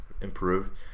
improved